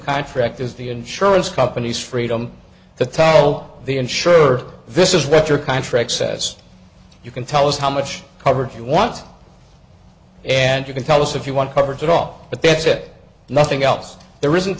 contract is the insurance companies freedom to tell the insurer this is what your contract says you can tell us how much coverage you want and you can tell us if you want coverage at all but then say nothing else there isn't